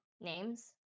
names